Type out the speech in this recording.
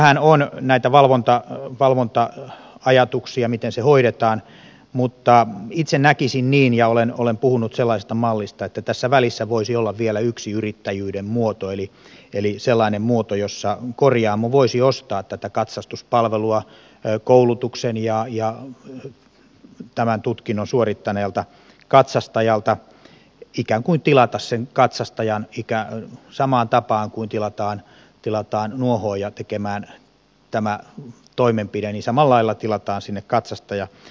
tähän on näitä valvonta ajatuksia miten se hoidetaan mutta itse näkisin niin ja olen puhunut sellaisesta mallista että tässä välissä voisi olla vielä yksi yrittäjyyden muoto eli sellainen muoto jossa korjaamo voisi ostaa tätä katsastuspalvelua koulutuksen ja tämän tutkinnon suorittaneelta katsastajalta voisi ikään kuin tilata sen katsastajan samaan tapaan kuin tilataan nuohooja tekemään tämä toimenpide samalla lailla tilataan sinne katsastaja